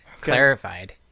clarified